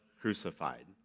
crucified